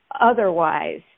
otherwise